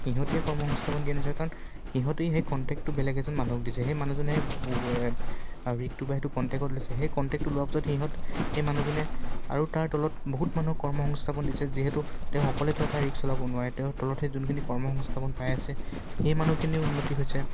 সিহঁতেই কৰ্মসংস্থাপন দিয়া নিচিনা কাৰণ সিহঁতেই সেই কণ্টেক্টটো বেলেগ এজন মানুহক দিছে সেই মানুহজনে ৰিকটো বা সেইটো কণ্টেক্টত লৈছে সেই কণ্টেক্টো লোৱাৰ পিছত সিহঁত সেই মানুহজনে আৰু তাৰ তলত বহুত মানুহক কৰ্মসংস্থাপন দিছে যিহেতু তেওঁ অকলেতো এটা ৰিক চলাব নোৱাৰে তেওঁৰ তলত সেই যোনখিনি কৰ্মসংস্থাপন পাই আছে সেই মানুহখিনিৰ উন্নতি হৈছে